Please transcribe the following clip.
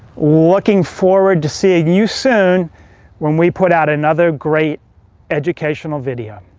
looking forward to seeing you soon when we put out another great educational video.